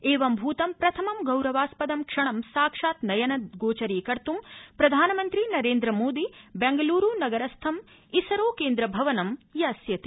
एवं भूतं प्रथमं गौरवास्पदं क्षणं साक्षात् नयन गोचरी कर्त् प्रधानमन्त्री नरेन्द्रमोदी बैंगलूरू नगरस्थं इसरो केन्द्र भवनं यास्यति